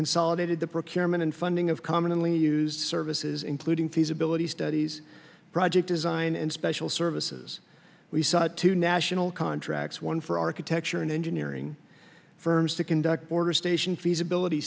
and funding of commonly used services including feasibility studies project design and special services we saw two national contracts one for architecture and engineering firms to conduct border station feasibility